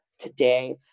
today